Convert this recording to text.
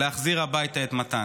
להחזיר הביתה את מתן.